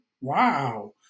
wow